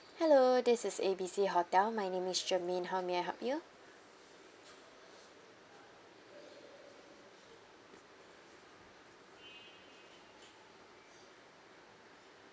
hello this is A B C hotel my name is germaine how may I help you